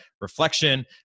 reflection